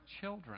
children